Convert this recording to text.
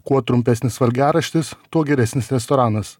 kuo trumpesnis valgiaraštis tuo geresnis restoranas